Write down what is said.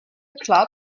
club